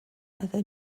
other